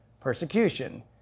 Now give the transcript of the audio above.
Persecution